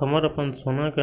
हमरा अपन सोना के